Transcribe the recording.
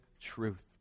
truth